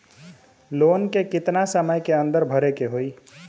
Loan के कितना समय के अंदर भरे के होई?